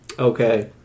Okay